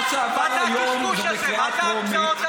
מה שעבר פה היום זה החלטה סופית?